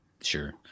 Sure